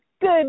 Good